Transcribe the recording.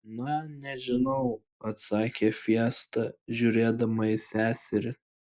na nežinau atsakė fiesta žiūrėdama į seserį